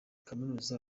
kaminuza